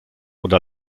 oder